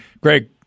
Greg